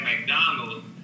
McDonald's